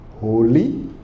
holy